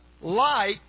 light